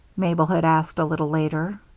mabel had asked a little later.